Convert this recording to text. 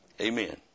Amen